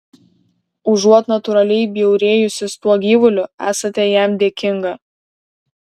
užuot natūraliai bjaurėjusis tuo gyvuliu esate jam dėkinga